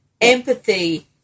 empathy